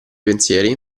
pensieri